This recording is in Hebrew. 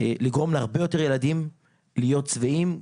לגרום להרבה יותר ילדים להיות שבעים.